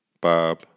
Bob